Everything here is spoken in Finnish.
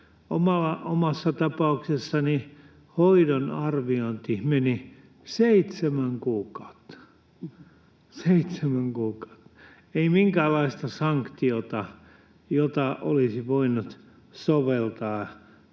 Omassa tapauksessani hoidon arviointiin meni seitsemän kuukautta — seitsemän kuukautta. Ei minkäänlaista sanktiota, jota olisi voinut soveltaa,